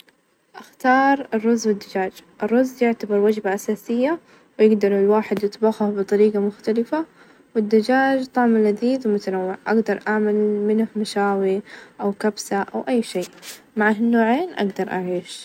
أفظل البحر أحب أجوائها ،وهدوءها خصوصًا لحظات الغروب على الشاطئ، أحس إن البحر ينعش الروح ،وما في أحلى من الاسترخاء على الرمال ،أو السباحة في الموية.